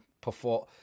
perform